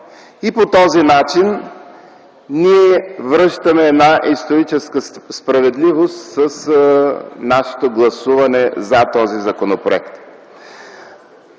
По този начин ние връщаме една историческа справедливост с нашето гласуване за този законопроект.